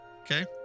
okay